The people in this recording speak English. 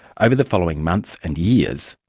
over the following months and years,